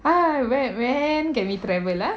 !hais! whe~ when can we travel ah